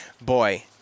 boy